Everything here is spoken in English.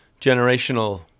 generational